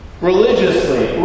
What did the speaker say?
religiously